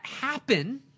happen